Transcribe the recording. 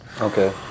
Okay